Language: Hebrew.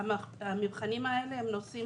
התבחינים הללו הם נושאים